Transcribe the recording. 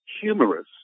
humorous